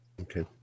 Okay